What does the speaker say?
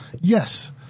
Yes